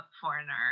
foreigner